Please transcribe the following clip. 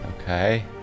Okay